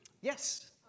Yes